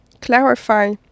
clarify